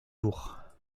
jours